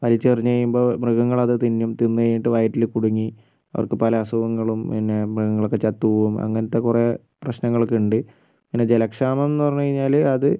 വലിച്ചെറിഞ്ഞു കഴിയുമ്പോൾ മൃഗങ്ങളത് തിന്നും തിന്നു കഴിഞ്ഞിട്ട് വയറ്റിൽ കുടുങ്ങി അവർക്ക് പല അസുഖങ്ങളും പിന്നെ മൃഗങ്ങളൊക്കെ ചത്തുപോവും അങ്ങനത്ത കുറേ പ്രശ്നങ്ങളൊക്കെയുണ്ട് പിന്നെ ജലക്ഷാമം എന്നു പറഞ്ഞു കഴിഞ്ഞാൽ അത്